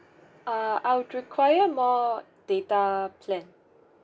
err I would require more data plan